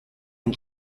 and